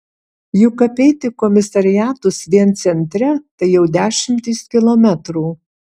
juk apeiti komisariatus vien centre tai jau dešimtys kilometrų